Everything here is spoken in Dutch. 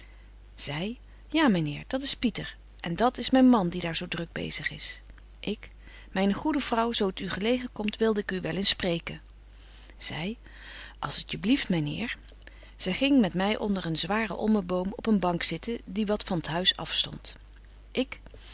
zy ja myn heer dat's pieter en dat is myn man die daar zo druk bezig is ik myne goede vrouw zo t u gelegen komt wilde ik u wel eens spreken betje wolff en aagje deken historie van mejuffrouw sara burgerhart zy als t je blieft myn heer zy ging met my onder een zwaren olmenboom op een bank zitten die wat van t huis afstondt ik